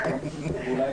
היטב.